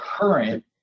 current